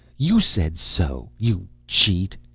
you said so, you cheat!